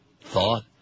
thought